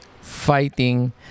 Fighting